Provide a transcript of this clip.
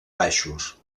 baixos